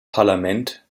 parlament